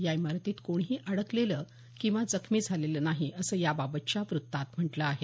या इमारतीत कोणीही अडकलेल किंवा जखमी झालेल नाही असं याबाबतच्या वृत्तात म्हटलं आहे